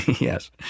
Yes